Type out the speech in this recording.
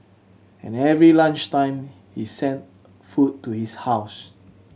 and every lunch time he sent food to his house